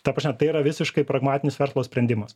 ta prasme tai yra visiškai pragmatinis verslo sprendimas